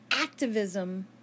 activism